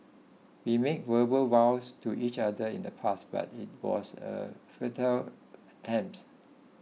we made verbal vows to each other in the past but it was a futile attempt